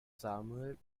samuel